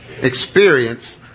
Experience